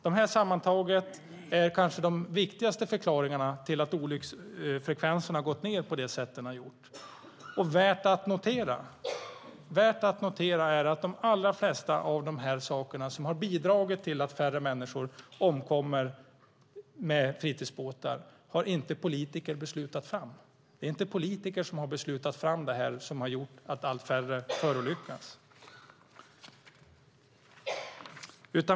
Allt detta sammantaget är kanske den viktigaste förklaringen till att olycksfrekvensen har minskat på det sätt som den har gjort. Och värt att notera är att de allra flesta av de saker som har bidragit till att färre människor omkommer på fritidsbåtar har inte politiker beslutat. Det är inte politiker som har beslutat allt det som har gjort att allt färre förolyckas.